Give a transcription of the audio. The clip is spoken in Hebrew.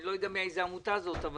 אני לא יודע איזו עמותה זאת אבל